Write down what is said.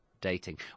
dating